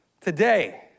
today